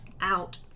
out